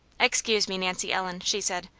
excuse me, nancy ellen, she said.